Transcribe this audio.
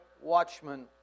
watchmen